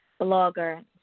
blogger